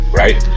right